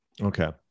okay